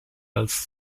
als